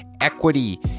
equity